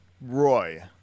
Roy